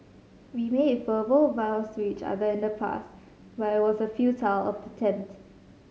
we made verbal vows to each other in the past but it was a futile tempt